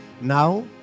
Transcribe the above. now